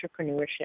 entrepreneurship